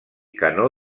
canó